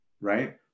right